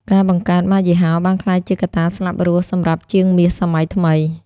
ការបង្កើត "ម៉ាកយីហោ" បានក្លាយជាកត្តាស្លាប់រស់សម្រាប់ជាងមាសសម័យថ្មី។